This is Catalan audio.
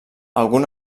algun